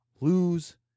lose